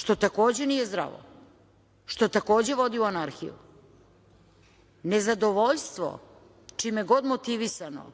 što takođe nije zdravo, što takođe vodi u anarhiju. Nezadovoljstvo čime god motivisano